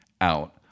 out